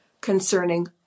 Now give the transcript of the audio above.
concerning